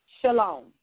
shalom